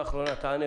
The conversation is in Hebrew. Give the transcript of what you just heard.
סעיף 9(ב)(4) כתוב: